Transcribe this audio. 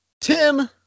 Tim